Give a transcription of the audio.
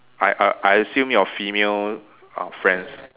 I I I assume your female uh friends